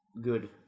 good